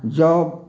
जँ